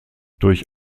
durch